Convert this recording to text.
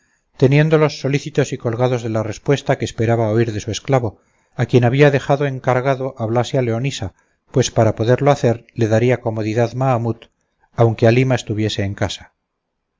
teniéndolos solícitos y colgados de la respuesta que esperaba oír de su esclavo a quien había dejado encargado hablase a leonisa pues para poderlo hacer le daría comodidad mahamut aunque halima estuviese en casa